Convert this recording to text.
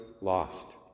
lost